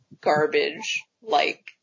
garbage-like